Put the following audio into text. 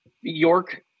York –